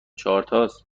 چهارتاس